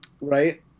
right